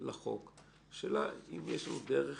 השאלה אם אפשר לעשות